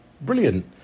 brilliant